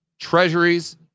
Treasuries